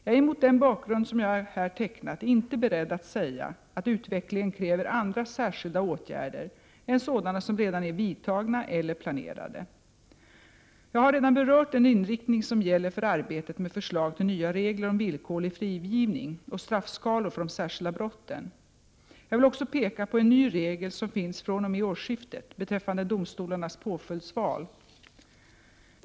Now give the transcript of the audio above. Jag är mot den bakgrund som jag här tecknat inte beredd att säga att utvecklingen kräver andra särskilda åtgärder än sådana som redan är vidtagna eller planerade. Jag har redan berört den inriktning som gäller för arbetet med förslag till nya regler om villkorlig frigivning och straffskalor för de särskilda brotten. Jag vill också peka på en ny regel som finns fr.o.m. årsskiftet beträffande domstolarnas påföljdsval.